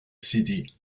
sidi